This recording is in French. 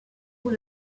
bout